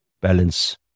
balance